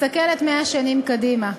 מסתכלת 100 שנים קדימה.